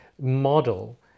model